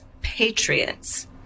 patriots